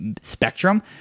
spectrum